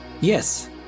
Yes